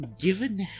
Given